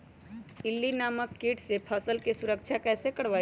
इल्ली नामक किट से फसल के सुरक्षा कैसे करवाईं?